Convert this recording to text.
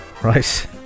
Right